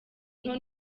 nto